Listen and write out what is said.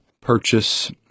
purchase